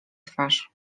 twarz